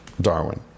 Darwin